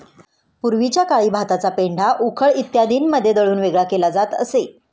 पूर्वीच्या काळी भाताचा पेंढा उखळ इत्यादींमध्ये दळून वेगळा केला जात असे